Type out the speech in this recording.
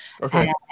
Okay